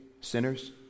sinners